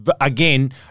again